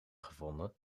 gevonden